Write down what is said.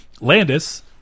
Landis